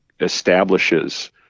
establishes